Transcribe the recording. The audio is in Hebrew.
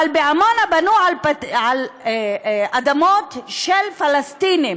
אבל בעמונה בנו על אדמות של פלסטינים,